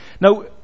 Now